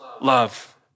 love